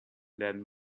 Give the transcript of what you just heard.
then